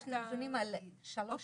את יודעת להגיד על מה מדובר?